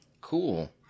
cool